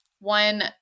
One